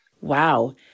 Wow